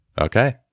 okay